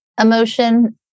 emotion